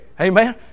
Amen